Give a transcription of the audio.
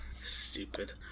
Stupid